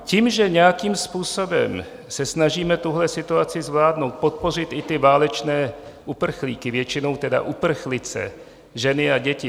Tím, že nějakým způsobem se snažíme tuhle situaci zvládnout, podpořit i ty válečné uprchlíky, většinou tedy uprchlice, ženy a děti.